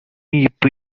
இப்ப